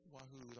Wahoo